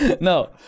No